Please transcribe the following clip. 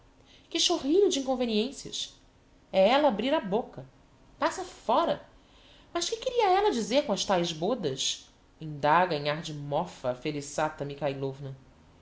que chorrilho d'inconveniencias é ella abrir a bôca passa fora mas que queria ella dizer com as taes bôdas indaga em ar de mofa a felissata mikhailovna